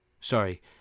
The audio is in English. Sorry